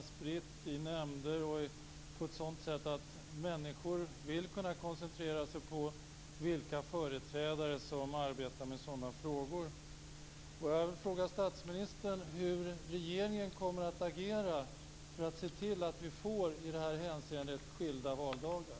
De är spridda i nämnder och hanteras på ett sådant sätt att människor vill kunna koncentrera sig på vilka företrädare som arbetar med sådana frågor.